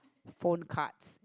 phone cards